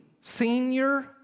senior